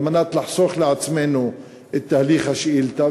על מנת לחסוך לעצמנו את תהליך השאילתה,